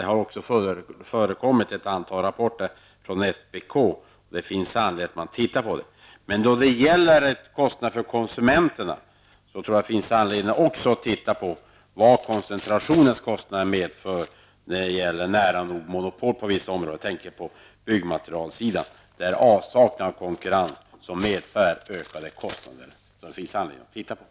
Det har också kommit ett antal rapporter från SPK, och det finns anledning att man tittar på dem. När det gäller kostnaderna för konsumenterna finns det också anledning att titta på vad kostnaderna för koncentrationen medför på vissa områden med nära nog monopol. Jag tänker på byggmaterielbranschen där avsaknaden av konkurrens medför ökade kostnader som det finns anledning att se på.